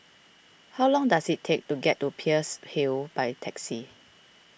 how long does it take to get to Peirce Hill by taxi